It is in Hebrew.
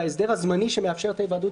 וההסדר הזמני שמאפשר את ההיוועדות